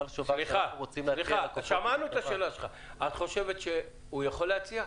את חושבת שהוא יכול להציע?